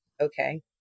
Okay